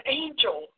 angel